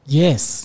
yes